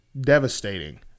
devastating